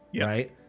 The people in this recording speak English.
right